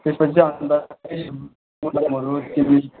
त्यसपछि चाहिँ अन्त फेरि तिमी